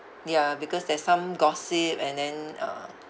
ya because there's some gossip and then uh